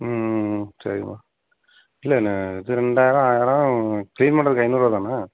ம் சரிம்மா இல்லைன்ன இது ரெண்டாயிரம் ஆயிரம் க்ளீன் பண்ணுறதுக்கு ஐநூறுரூவா தான